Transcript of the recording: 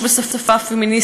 פעולת מנע,